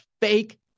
fake